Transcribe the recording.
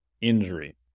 injury